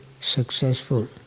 successful